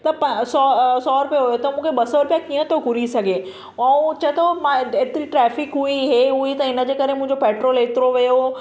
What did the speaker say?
त पा सौ सौ रुपया हुओ त मूंखे ॿ सौ रुपया कीअं थो घुरी सघे ऐं चवे थो मां ऐं एतिरी ट्रेफ़िक हुई हे हुई त हिनजे करे मुंहिंजो पैट्रोल एतिरो वियो हुओ